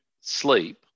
sleep